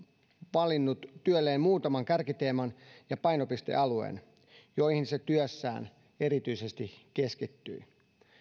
valinnut työlleen muutaman kärkiteeman ja painopistealueen joihin se työssään erityisesti keskittyi